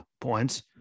points